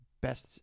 best